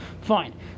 Fine